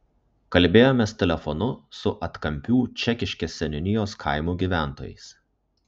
kalbėjomės telefonu su atkampių čekiškės seniūnijos kaimų gyventojais